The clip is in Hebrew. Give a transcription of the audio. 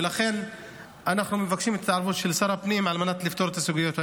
ולכן אנחנו מבקשים התערבות של שר הפנים על מנת לפתור את הסוגיות האלו.